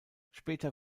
später